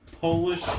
Polish